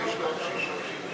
הוא לא ישתוק שלוש דקות,